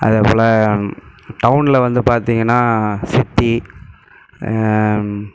அதேபோல் டவுனில் வந்து பார்த்திங்கன்னா சித்தி